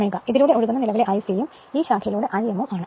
ഇതിലൂടെ ഒഴുകുന്ന നിലവിലെ I c ഉം ഈ ശാഖയിലൂടെ I m ഉം ആണ്